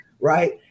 right